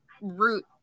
root